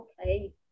Okay